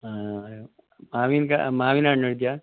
ಹಾಂ ಮಾವಿನ ಕಾಯಿ ಮಾವಿನ ಹಣ್ಣು ಇದೆಯಾ